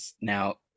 now